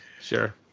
Sure